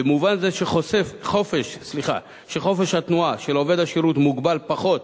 במובן זה שחופש התנועה של עובד השירות מוגבל פחות